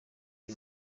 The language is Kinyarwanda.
ibi